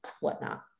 whatnot